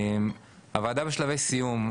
הוועדה בשלבי סיום,